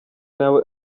nawe